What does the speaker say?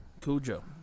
Cujo